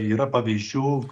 yra pavyzdžių